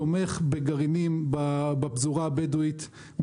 תומך בגרעינים בפזורה הבדואית,